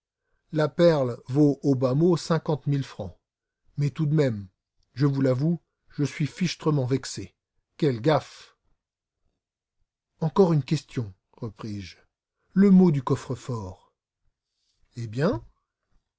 la perle vaut au bas mot trente mille francs mais tout de même je vous l'avoue je suis fichtrement vexé quelle gaffe encore une question repris-je le mot du coffre-fort eh bien